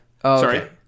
sorry